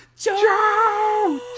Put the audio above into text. Joe